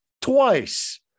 twice